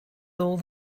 all